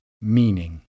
meaning